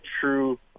true